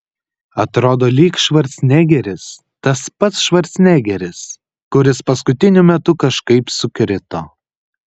atrodo lyg švarcnegeris tas pats švarcnegeris kuris paskutiniu metu kažkaip sukrito